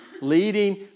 leading